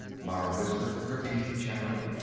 mara whispered, her teeth chattering.